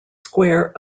square